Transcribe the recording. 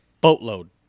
boatload